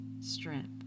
strength